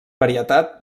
varietat